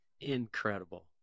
Incredible